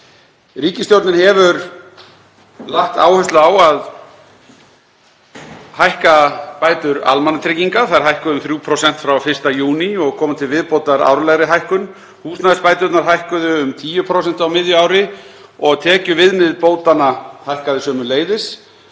Ríkisstjórnin hefur lagt áherslu á að hækka bætur almannatrygginga, þær hækkuðu um 3% frá 1. júní og komu til viðbótar árlegri hækkun. Húsnæðisbæturnar hækkuðu um 10% á miðju ári og tekjuviðmið bótanna hækkaði sömuleiðis,